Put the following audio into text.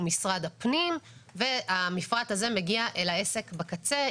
משרד הפנים והמפרט הזה מגיע אל העסק בקצה.